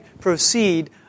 proceed